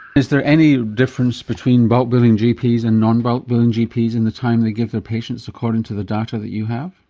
is there any difference between bulk billing gps and non-bulk billing gps in the time they give their patients according to the data that you have?